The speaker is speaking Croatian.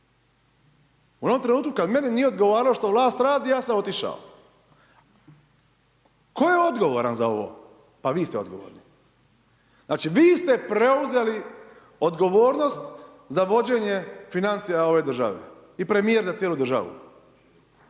U onom trenutku kad meni nije odgovaralo šta vlast radi, ja sam otišao. Tko je odgovaran za ovo? Pa vi ste odgovorni. Vi ste preuzeli odgovornost za vođenje financija ove države i premijer za cijelu državu.